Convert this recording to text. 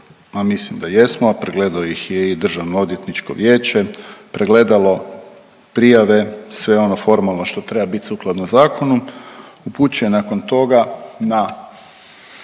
mislim da jesmo, a pregledalo ih je i DOV, pregledalo prijave, sve ono formalno što treba bit sukladno zakonu, upućen nakon toga na,